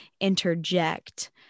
interject